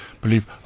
believe